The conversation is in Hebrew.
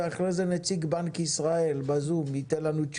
ואחרי כן נציגת בנק ישראל תענה לנו בזום תשובות